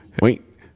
Wait